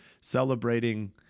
celebrating